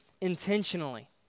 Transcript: intentionally